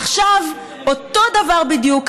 עכשיו אותו דבר בדיוק,